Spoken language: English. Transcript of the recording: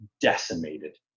decimated